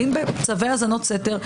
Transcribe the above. האם בצווי האזנות סתר,